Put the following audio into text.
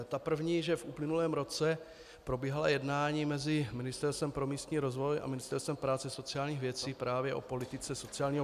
Ta první, že v uplynulém roce probíhala jednání mezi Ministerstvem pro místní rozvoj a Ministerstvem práce a sociálních věcí právě o politice sociálního bydlení.